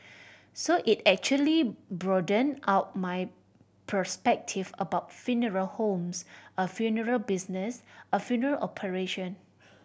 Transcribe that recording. so it actually broadened out my perspective about funeral homes a funeral business a funeral operation